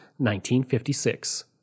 1956